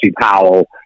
powell